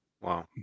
Wow